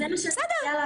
אז זה מה שצריך לעשות.